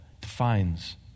defines